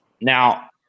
Now